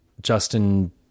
Justin